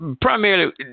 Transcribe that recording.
primarily